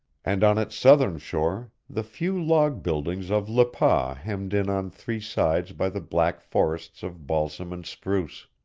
and on its southern shore the few log buildings of le pas hemmed in on three sides by the black forests of balsam and spruce.